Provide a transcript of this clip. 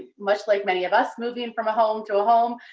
much like many of us moving from a home to a home.